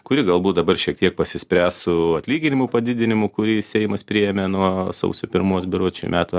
kuri galbūt dabar šiek tiek pasispręs su atlyginimų padidinimu kurį seimas priėmė nuo sausio pirmos berods šių metų